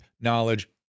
knowledge